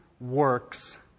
works